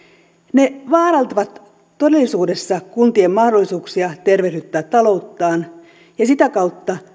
ne vaarantavat todellisuudessa kuntien mahdollisuuksia tervehdyttää talouttaan ja sitä kautta